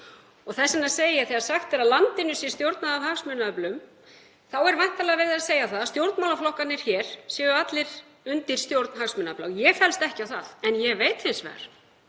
ég að þegar sagt er að landinu sé stjórnað af hagsmunaöflum sé væntanlega verið að segja að stjórnmálaflokkarnir hér séu allir undir stjórn hagsmunaafla. Ég fellst ekki á það. Ég veit hins vegar,